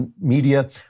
media